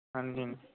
ਹਾਂਜੀ